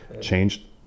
changed